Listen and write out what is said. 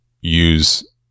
use